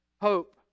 hope